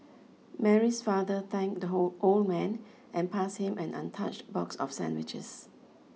Mary's father thanked the whole old man and passed him an untouched box of sandwiches